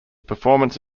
performance